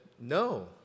no